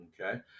Okay